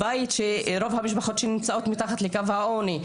רוב המשפחות שם נמצאות מתחת לקו העוני,